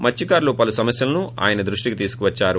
మత్స్వకారులు పలు సమస్యలు ఆయన దృష్టికి తీసుకోద్చారు